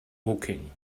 woking